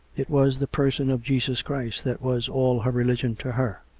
it was the person of jesus christ that was all her religion to her